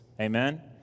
Amen